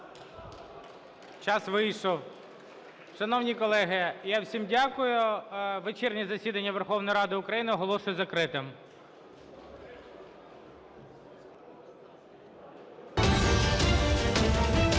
Час вийшов. Шановні колеги, я всім дякую. Вечірнє засідання Верховної Ради України оголошую закритим.